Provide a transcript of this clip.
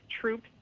troops